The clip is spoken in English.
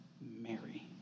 Mary